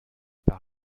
par